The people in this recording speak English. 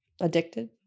addicted